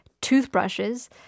toothbrushes